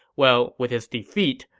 well, with his defeat,